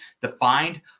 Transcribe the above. defined